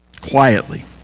quietly